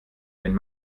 wenn